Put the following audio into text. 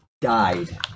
died